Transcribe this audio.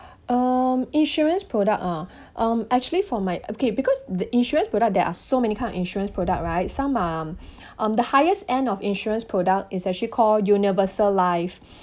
um insurance product uh um actually for my okay because the insurance product there are so many kind of insurance product right some um the highest end of insurance product is actually call universal life